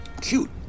Cute